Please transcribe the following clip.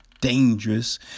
dangerous